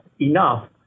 enough